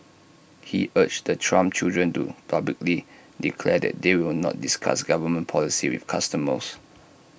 he urged the Trump children to publicly declare that they will not discuss government policy with customers